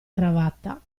cravatta